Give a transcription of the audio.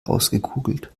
ausgekugelt